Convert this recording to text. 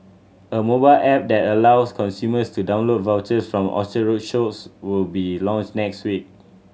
a mobile app that allows consumers to download vouchers from Orchard Road shops will be launched next week